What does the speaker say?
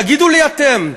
תגידו לי אתם,